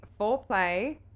foreplay